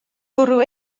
bwrw